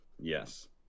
Yes